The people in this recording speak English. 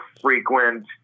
frequent